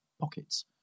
pockets